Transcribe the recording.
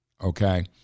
okay